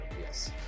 yes